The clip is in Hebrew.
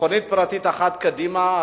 מכונית פרטית אחת קדימה,